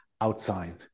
outside